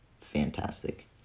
fantastic